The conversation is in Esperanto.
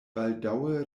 baldaŭe